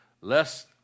Less